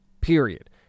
period